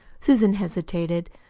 susan hesitated,